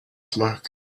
smoke